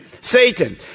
Satan